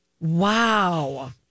Wow